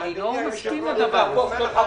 אני לא מסכים לדבר הזה.